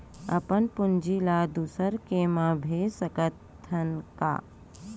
अपन पूंजी ला दुसर के मा भेज सकत हन का?